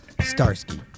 Starsky